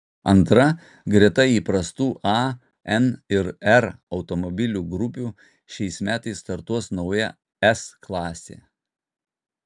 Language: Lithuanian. antra greta įprastų a n ir r automobilių grupių šiais metais startuos nauja s klasė